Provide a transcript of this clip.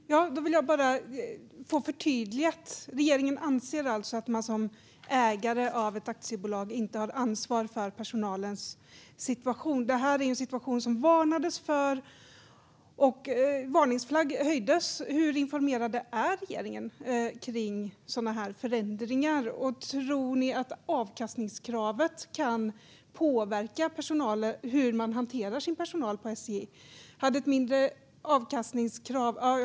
Fru talman! Jag vill bara få ett förtydligande. Anser regeringen alltså att man som ägare av ett aktiebolag inte har ansvar för personalens situation? Detta är en situation som det varnades för. Hur informerad är regeringen om sådana förändringar? Och tror ni att avkastningskravet kan påverka hur man hanterar sin personal på SJ?